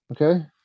Okay